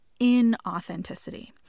inauthenticity